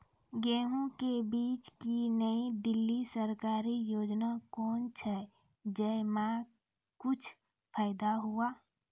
गेहूँ के बीज की नई दिल्ली सरकारी योजना कोन छ जय मां कुछ फायदा हुआ?